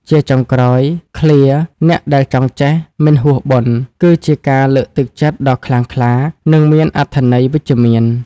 ជាចុងក្រោយ ឃ្លា "អ្នកដែលចង់ចេះ មិនហួស បុណ្យ" គឺជាការលើកទឹកចិត្តដ៏ខ្លាំងក្លា និងមានអត្ថន័យវិជ្ជមាន។